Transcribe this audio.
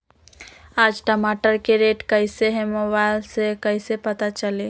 आज टमाटर के रेट कईसे हैं मोबाईल से कईसे पता चली?